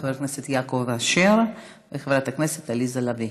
חבר הכנסת יעקב אשר וחברת הכנסת עליזה לביא.